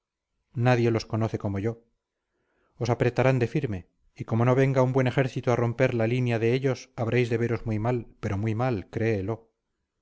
nadie los conoce como yo os apretarán de firme y como no venga un buen ejército a romper la línea de ellos habréis de veros muy mal pero muy mal créelo